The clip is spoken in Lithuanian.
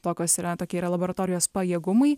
tokios yra tokie yra laboratorijos pajėgumai